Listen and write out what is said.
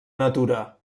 natura